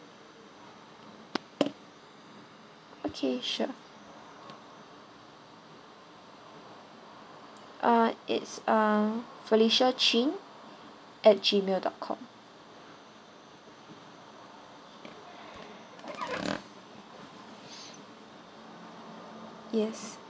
okay sure uh it's uh felicia ching at gmail dot com yes